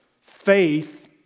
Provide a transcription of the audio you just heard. Faith